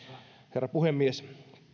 herra puhemies